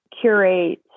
curate